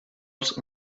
els